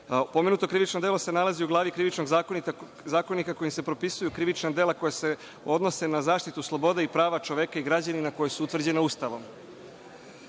krivično delo se nalazi u Glavi Krivičnog zakonika kojim se propisuju krivična dela koja se odnose na zaštitu sloboda i prava čoveka i građanina koja su utvrđena Ustavom. Što